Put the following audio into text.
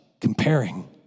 comparing